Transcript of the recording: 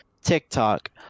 TikTok